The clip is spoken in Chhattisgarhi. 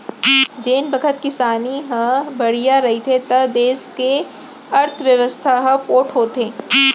जेन बखत किसानी ह बड़िहा रहिथे त देस के अर्थबेवस्था ह पोठ होथे